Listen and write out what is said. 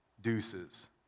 deuces